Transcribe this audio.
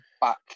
back